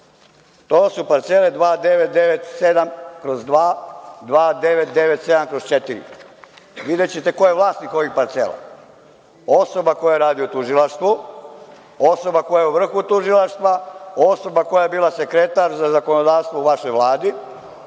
To su parcele 2997/2, 2997/4. Videćete ko je vlasnik ovih parcela, osoba koja radi u tužilaštvu, osoba koja je u vrhu tužilaštva, osoba koja je bila sekretar za zakonodavstvo u vašoj Vladi,